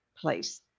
place